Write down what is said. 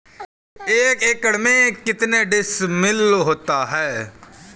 एक एकड़ में कितने डिसमिल होता है?